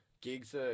gigs